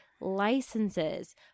licenses